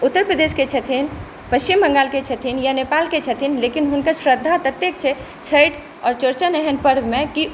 उत्तर प्रदेशके छथिन पच्छिम बङ्गालके छथिन वा नेपालके छथिन लेकिन हुनकर श्रद्धा ततेक छै छठि आओर चौरचन एहेन पर्वमे कि